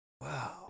Wow